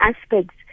aspects